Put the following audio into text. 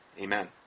Amen